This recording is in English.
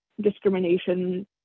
discrimination